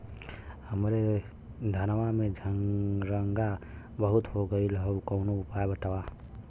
हमरे धनवा में झंरगा बहुत हो गईलह कवनो उपाय बतावा?